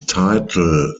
title